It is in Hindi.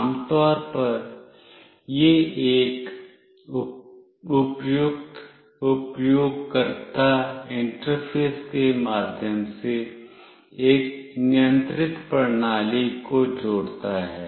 आमतौर पर यह एक उपयुक्त उपयोगकर्ता इंटरफ़ेस के माध्यम से एक नियंत्रित प्रणाली को जोड़ता है